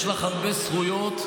יש לך הרבה זכויות,